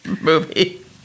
movie